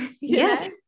yes